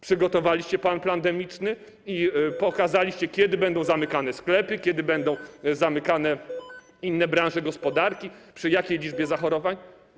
Przygotowaliście plan pandemiczny i pokazaliście, kiedy będą zamykane sklepy, kiedy będą zamykane inne branże gospodarki, przy jakiej liczbie zachorowań?